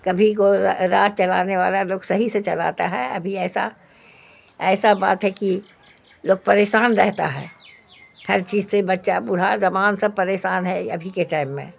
کبھی کو راہ چلانے والا لوگ صحیح سے چلاتا ہے ابھی ایسا ایسا بات ہے کہ لوگ پریشان رہتا ہے ہر چیز سے بچہ بوڑھا جوان سب پریشان ہے ابھی کے ٹائم میں